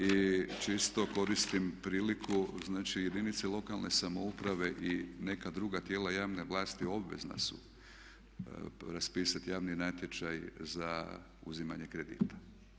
I čisto koristim priliku, znači jedinice lokalne samouprave i neka druga tijela javne vlasti obvezna su raspisati javni natječaj za uzimanje kredita.